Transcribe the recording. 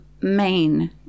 main